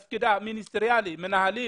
מנהלים?